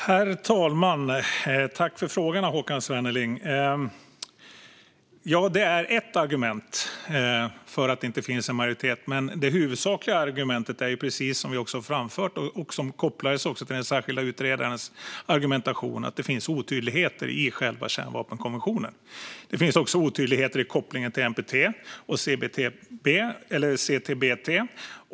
Herr talman! Jag tackar Håkan Svenneling för frågorna. Ja, att det inte finns en majoritet är ett argument. Men det huvudsakliga argumentet är det som vi har framfört kopplat till den särskilda utredarens argumentation, nämligen att det finns otydligheter i själva kärnvapenkonventionen och i kopplingen till NPT och CTBT.